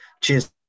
Cheers